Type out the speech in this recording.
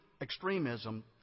extremism